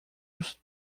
urso